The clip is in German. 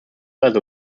also